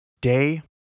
Day